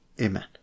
Amen